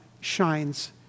shines